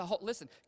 Listen